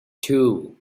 two